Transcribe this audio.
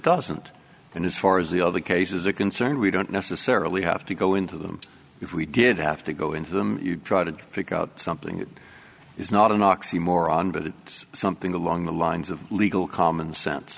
doesn't and as far as the other cases are concerned we don't necessarily have to go into them if we did have to go into them try to pick out something that is not an oxymoron but it's something along the lines of legal common sense